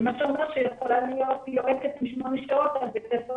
מה שאומר שיכולה להיות יועצת שמונה שעות על בית ספר